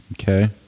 Okay